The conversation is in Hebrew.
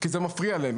היא שזה מפריעה להם.